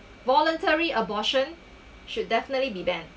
voluntary abortion should definitely be banned